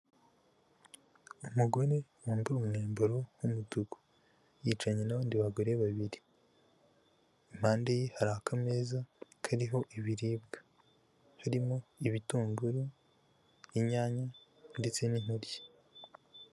Umugore wambaye umwambaro w'umutuku, yicaranye n'abandi bagore babiri, impande ye hari akameza kariho ibiribwa, harimo ibitunguru, inyanya, ndetse n'intoryi.